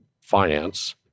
finance